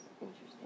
interesting